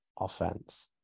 offense